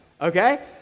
okay